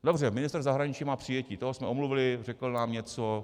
Dobře, ministr zahraničí má přijetí, toho jsme omluvili, řekl nám něco.